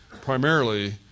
primarily